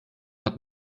hat